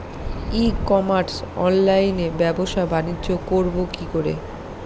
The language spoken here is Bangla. ই কমার্স অনলাইনে ব্যবসা বানিজ্য করব কি করে?